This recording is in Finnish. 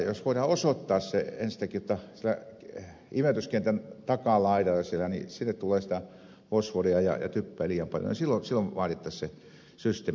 jos voidaan osoittaa se enstäinkin että sinne imeytyskentän takalaidalle tulee fosforia ja typpeä liian paljon silloin vaadittaisiin se systeemi